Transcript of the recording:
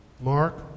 Mark